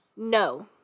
No